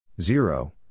Zero